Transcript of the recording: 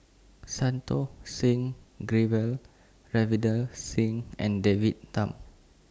Santokh Singh Grewal Ravinder Singh and David Tham